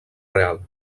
real